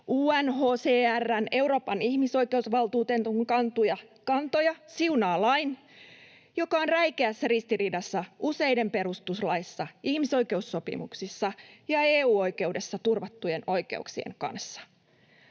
UNHCR:n ja Euroopan ihmisoikeusvaltuutetun kantoja siunaavat lain, joka on räikeässä ristiriidassa useiden perustuslaissa, ihmisoikeussopimuksissa ja EU-oikeudessa turvattujen oikeuksien kanssa?